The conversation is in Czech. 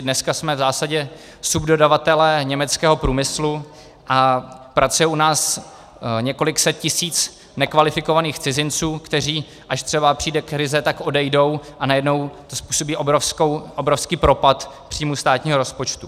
Dneska jsme v zásadě subdodavatelé německého průmyslu a pracuje u nás několik set tisíc nekvalifikovaných cizinců, kteří, až třeba přijde krize, odejdou a najednou to způsobí obrovský propad příjmů státního rozpočtu.